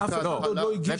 אף אחד עוד לא הגיש.